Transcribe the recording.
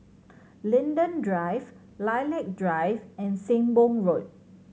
Linden Drive Lilac Drive and Sembong Road